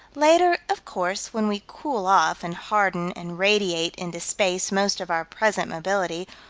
later, of course, when we cool off and harden and radiate into space most of our present mobility,